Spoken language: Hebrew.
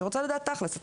אני רוצה לדעת תכלס.